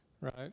right